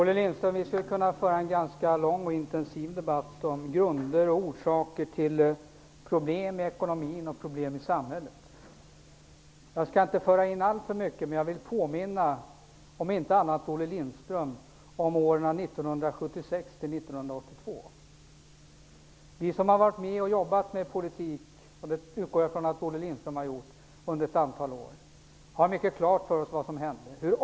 Herr talman! Vi skulle kunna föra en ganska lång och intensiv debatt om grunder och orsaker till problem i ekonomin och i samhället, Olle Lindström. Jag skall inte föra in allför mycket. Jag vill om inte annat påminna Olle Lindström om åren 1976--1982. Vi som har jobbat med politik under ett antal år -- och det utgår jag ifrån att Olle Lindström har gjort -- har mycket klart för oss vad som hände.